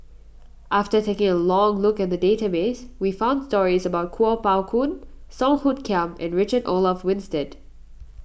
after taking a look at the database we found stories about Kuo Pao Kun Song Hoot Kiam and Richard Olaf Winstedt